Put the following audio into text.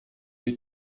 est